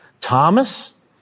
Thomas